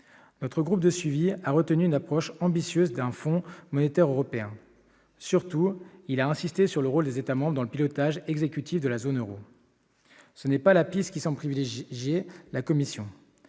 Notre groupe de suivi a retenu l'approche ambitieuse d'un Fonds monétaire européen. Surtout, il a insisté sur le rôle des États membres dans le pilotage exécutif de la zone euro. Ce n'est pas la piste que semble privilégier la Commission.